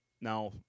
Now